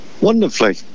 Wonderfully